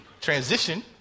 transition